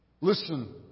Listen